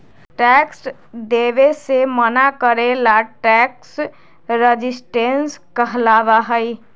tax देवे से मना करे ला टैक्स रेजिस्टेंस कहलाबा हई